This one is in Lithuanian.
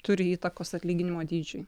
turi įtakos atlyginimo dydžiui